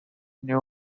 new